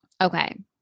okay